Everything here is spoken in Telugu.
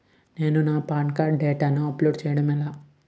నేను నా పాన్ కార్డ్ డేటాను అప్లోడ్ చేయడం ఎలా?